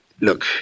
look